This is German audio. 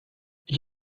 ich